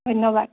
ধন্যবাদ